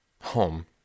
home